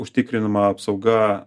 užtikrinama apsauga